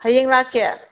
ꯍꯌꯦꯡ ꯂꯥꯛꯀꯦ